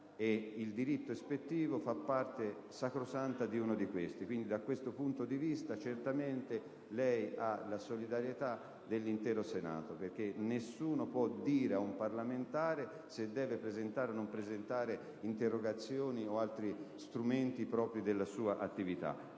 attività, di cui è parte sacrosanta il sindacato ispettivo. Da questo punto di vista, lei ha certamente la solidarietà dell'intero Senato, perché nessuno può dire a un parlamentare se deve presentare o non presentare interrogazioni o altri strumenti propri della sua attività,